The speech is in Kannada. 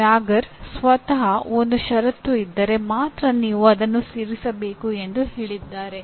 ಮ್ಯಾಗರ್ ಸ್ವತಃ ಒಂದು ಷರತ್ತು ಇದ್ದರೆ ಮಾತ್ರ ನೀವು ಅದನ್ನು ಸೇರಿಸಬೇಕು ಎಂದು ಹೇಳಿದ್ದಾರೆ